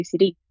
UCD